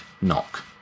knock